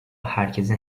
herkesin